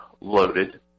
loaded